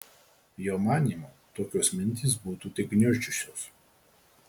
jo manymu tokios mintys būtų tik gniuždžiusios